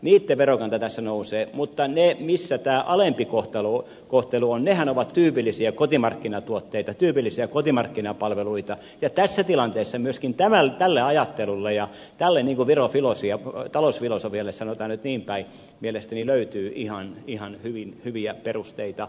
niitten verokanta tässä nousee mutta nehän missä tämä alempi kohtelu on ovat tyypillisiä kotimarkkinatuotteita tyypillisiä kotimarkkinapalveluita ja tässä tilanteessa myöskin tälle ajattelulle ja tälle talousfilosofialle sanotaan nyt niinpäin mielestäni löytyy ihan hyviä perusteita